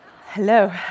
Hello